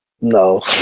No